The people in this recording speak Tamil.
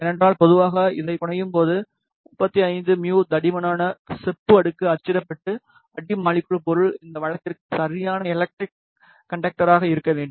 ஏனென்றால் பொதுவாக இதை புனையும்போது 35 μ தடிமனான செப்பு அடுக்கு அச்சிடப்பட்டு அடி மாலிகுலர் பொருள் இந்த வழக்கிற்கு சரியான எலக்ட்ரிக் கண்டக்டர்யாக இருக்க வேண்டும்